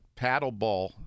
paddleball